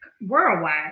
worldwide